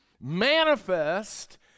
manifest